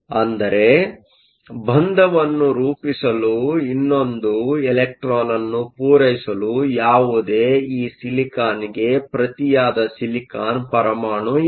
ಆದರೆ ಬಂಧವನ್ನು ರೂಪಿಸಲು ಇನ್ನೊಂದು ಎಲೆಕ್ಟ್ರಾನ್ ಅನ್ನು ಪೂರೈಸಲು ಯಾವುದೇ ಈ ಸಿಲಿಕಾನ್Siliconಗೆ ಪ್ರತಿಯಾದ ಸಿಲಿಕಾನ್ ಪರಮಾಣು ಇಲ್ಲ